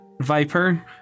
Viper